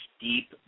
deep